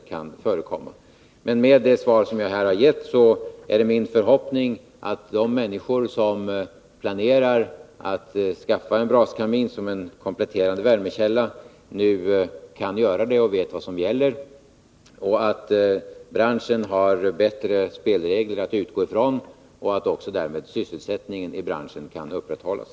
Det är min förhoppning att det svar som jag här har gett skall innebära att de människor som planerat att skaffa en braskamin som en kompletterande värmekälla nu kan göra det och vet vad som gäller. Jag hoppas också att branschen har bättre spelregler att utgå från och att därmed sysselsättningen i branschen kan upprätthållas.